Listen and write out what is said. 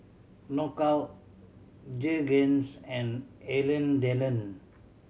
Knockout Jergens and Alain Delon